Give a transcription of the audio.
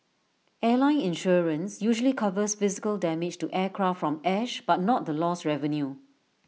airline insurance usually covers physical damage to aircraft from ash but not the lost revenue